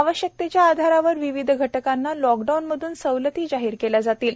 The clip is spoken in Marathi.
आवश्यकतेच्या आधारावर विविध घटकांना लाकडाऊनमधून सवलती जाहिर केल्या जातील